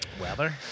Weather